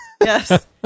Yes